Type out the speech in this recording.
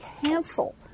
cancel